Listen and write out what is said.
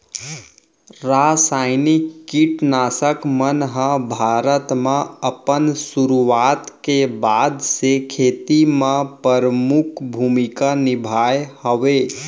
रासायनिक किट नाशक मन हा भारत मा अपन सुरुवात के बाद से खेती मा परमुख भूमिका निभाए हवे